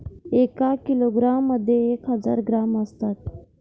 एका किलोग्रॅम मध्ये एक हजार ग्रॅम असतात